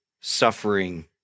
suffering